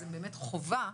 זו באמת חובה,